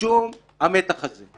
משום המתח הזה.